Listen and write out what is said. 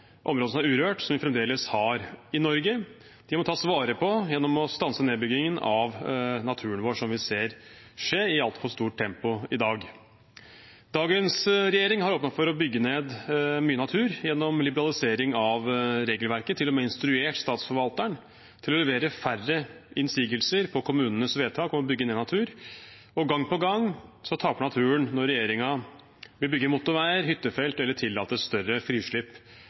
som er urørt som vi fremdeles har i Norge. De må tas vare på gjennom å stanse nedbyggingen av naturen vår, noe som vi ser skjer i et altfor stort tempo i dag. Dagens regjering har åpnet for å bygge ned mye natur gjennom liberalisering av regelverket – den har til og med instruert statsforvalteren til å levere færre innsigelser på kommunenes vedtak om å bygge ned natur. Og gang på gang taper naturen når regjeringen vil bygge motorveier, hyttefelt eller tillate større